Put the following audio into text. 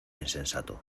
insensato